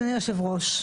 אדוני היושב-ראש,